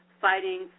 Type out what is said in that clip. fighting